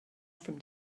from